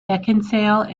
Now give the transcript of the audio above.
beckinsale